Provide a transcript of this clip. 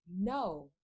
No